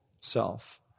self